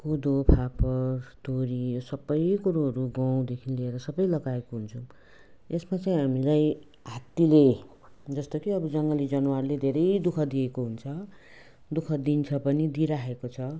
कोदो फापर तोरी यो सबै कुरोहरू गहुँदेखि लिएर सबै लगाएको हुन्छौँ यसमा चाहिँ हामीलाई हात्तीले जस्तो कि अब जङ्गली जनावरले धेरै दुःख दिएको हुन्छ दुःख दिन्छ पनि दिइरहेको छ